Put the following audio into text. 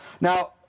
Now